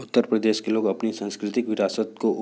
उत्तर प्रदेश के लोग अपनी सांस्कृतिक विरासत को